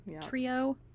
trio